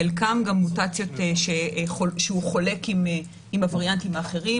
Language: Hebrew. חלקן גם מוטציות שהוא חולק עם הווריאנטים האחרים